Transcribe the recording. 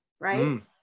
right